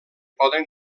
poden